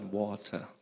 water